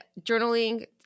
journaling